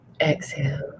exhale